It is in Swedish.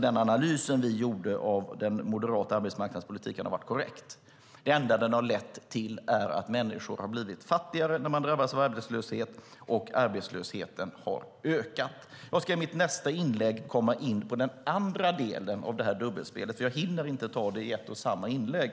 Den analys vi gjorde av den moderata arbetsmarknadspolitiken har alltså varit korrekt. Det enda den lett till är att människor blivit fattigare när man drabbats av arbetslöshet samt att arbetslösheten har ökat. Det var den ena delen. Jag ska i mitt nästa inlägg komma in på den andra delen av dubbelspelet, för jag hinner inte ta upp det i ett och samma inlägg.